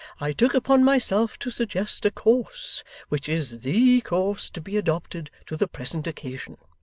i took upon myself to suggest a course which is the course to be adopted to the present occasion.